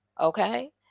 okay